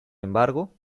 embargo